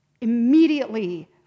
immediately